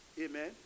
Amen